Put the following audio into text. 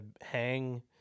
hang